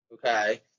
Okay